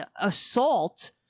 assault